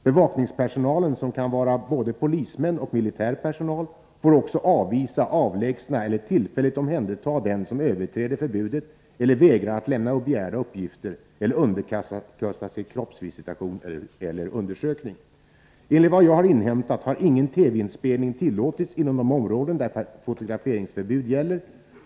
Bevakningspersonalen, som kan vara både polismän och militär personal, får också avvisa, avlägsna eller tillfälligt omhänderta den som överträder förbudet eller vägrar att lämna begärda uppgifter eller underkasta sig kroppsvisitation eller undersökning. Enligt vad jag har inhämtat har ingen TV-inspelning tillåtits inom de områden där fotograferingsförbud gäller.